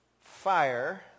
fire